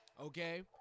Okay